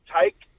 take